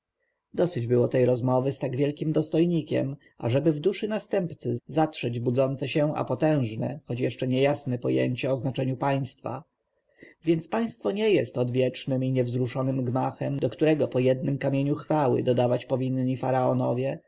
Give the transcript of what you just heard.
dosyć było tej rozmowy z tak wysokim dostojnikiem ażeby w duszy następcy zatrzeć budzące się a potężne choć jeszcze niejasne pojęcie o znaczeniu państwa więc państwo nie jest odwiecznym i niewzruszonym gmachem do którego po jednym kamieniu chwały dodawać powinni faraonowie